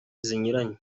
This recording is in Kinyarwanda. zinyuranye